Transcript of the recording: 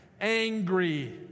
Angry